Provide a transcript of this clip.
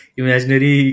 imaginary